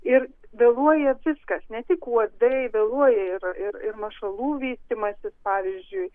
ir vėluoja viskas ne tik uodai vėluoja ir ir ir mašalų veisimasis pavyzdžiui